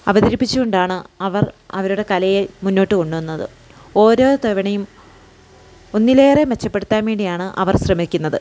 അവതരിപ്പിച്ചു കൊണ്ടാണ് അവർ അവരുടെ കലയെ മുന്നോട്ട് കൊണ്ടുപോകുന്നത് ഓരോ തവണയും ഒന്നിലേറെ മെച്ചപ്പെടുത്താൻ വേണ്ടിയാണ് അവർ ശ്രമിക്കുന്നത്